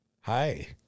hi